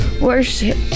worship